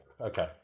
Okay